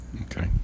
Okay